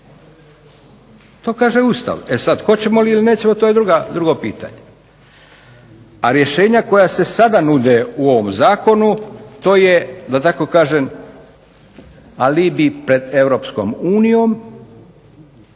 To kaže Ustav. E sada hoćemo li ili nećemo to je drugo pitanje. A rješenja koja se sada nude u ovom zakonu to je da tako kažem alibi pred EU jasno mi